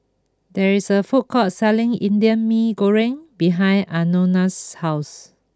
there is a food court selling Indian Mee Goreng behind Anona's house